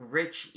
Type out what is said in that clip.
rich